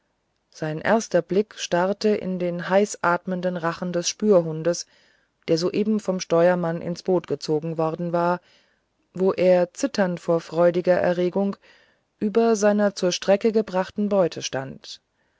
sein erster blick starrte in den heißatmenden rachen des spürhundes der soeben vom steuermann ins boot gezogen worden war wo er zitternd vor freudiger erregung über seiner zur strecke gebrachten beute stand